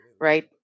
right